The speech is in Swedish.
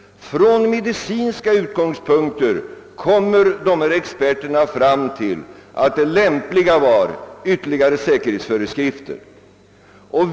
Från medicinska utgångspunkter stannade experterna vid att det lämpliga var ytterligare säkerhetsföreskrifter.